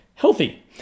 Healthy